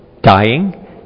dying